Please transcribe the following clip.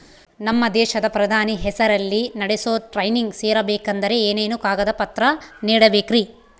ನಮ್ಮ ದೇಶದ ಪ್ರಧಾನಿ ಹೆಸರಲ್ಲಿ ನಡೆಸೋ ಟ್ರೈನಿಂಗ್ ಸೇರಬೇಕಂದರೆ ಏನೇನು ಕಾಗದ ಪತ್ರ ನೇಡಬೇಕ್ರಿ?